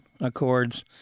Accords